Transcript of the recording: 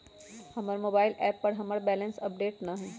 हमर mobile app पर हमर बैलेंस अपडेट न हई